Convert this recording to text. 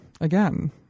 Again